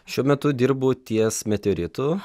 šiuo metu dirbu ties meteoritu